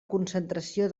concentració